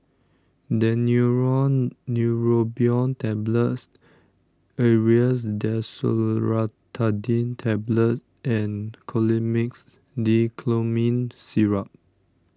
Daneuron Neurobion Tablets Aerius DesloratadineTablets and Colimix Dicyclomine Syrup